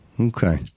Okay